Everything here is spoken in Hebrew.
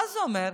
מה זה אומר?